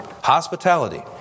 hospitality